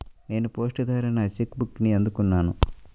నేను పోస్ట్ ద్వారా నా చెక్ బుక్ని అందుకున్నాను